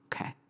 Okay